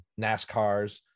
nascars